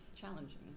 challenging